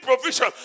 provision